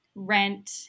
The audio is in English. rent